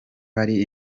hari